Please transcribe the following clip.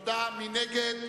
מי נגד?